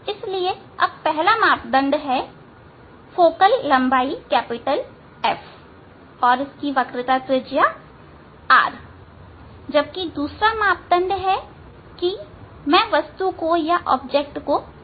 इसलिए अब पहला मापदंड है फोकल लंबाई F और वक्रता त्रिज्या r जबकि दूसरा मापदंड है कि मैं वस्तु को कहां रखता हूं